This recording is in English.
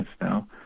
now